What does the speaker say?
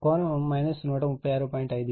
కోణం 136